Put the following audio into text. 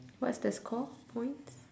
what's the score points